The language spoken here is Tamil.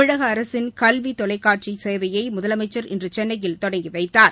தமிழக அரசின் கல்வி தொலைக்காட்சி சேவையை முதலமைச்சர் இன்று சென்னையில் தொடங்கி வைத்தார்